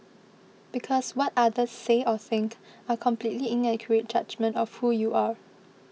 because what others say or think are completely inaccurate judgement of who you are